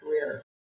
career